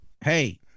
hey